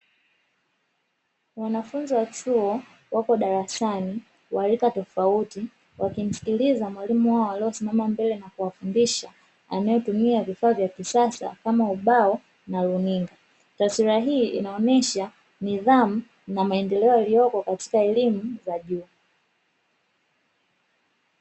Wanafunzi wa chuo wapo darasani warika tofauti, wakimsikiliza mwalimu wao aliyesimama mbele na kuwafundisha anayetumia vifaa vya kisasa kama ubao na runinga . Taswira hii inaonyesha nidhamu na maendeleo yaliyopo katika elimu ya juu.